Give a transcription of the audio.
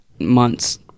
months